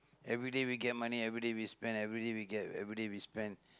everyday we get money everyday we spend everyday we get everyday we spend